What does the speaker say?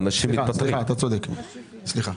סליחה.